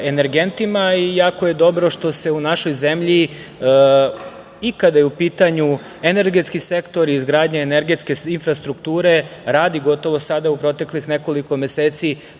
i jako je dobro što se u našoj zemlji i kada je u pitanju energetski sektor, izgradnja energetske infrastrukture radi gotovo sada u proteklih nekoliko meseci